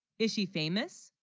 is she famous